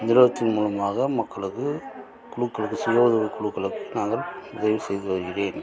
நிறுவனத்தின் மூலமாக மக்களுக்கு குழுக்களுக்கு சுய உதவி குழுக்களுக்கு நாங்கள் உதவி செய்து வருகிறேன்